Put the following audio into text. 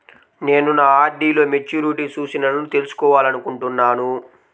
నేను నా ఆర్.డీ లో మెచ్యూరిటీ సూచనలను తెలుసుకోవాలనుకుంటున్నాను